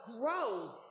grow